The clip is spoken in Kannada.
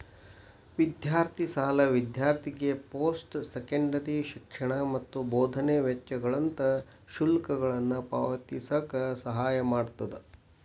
ವಿದ್ಯಾರ್ಥಿ ಸಾಲ ವಿದ್ಯಾರ್ಥಿಗೆ ಪೋಸ್ಟ್ ಸೆಕೆಂಡರಿ ಶಿಕ್ಷಣ ಮತ್ತ ಬೋಧನೆ ವೆಚ್ಚಗಳಂತ ಶುಲ್ಕಗಳನ್ನ ಪಾವತಿಸಕ ಸಹಾಯ ಮಾಡ್ತದ